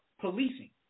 policing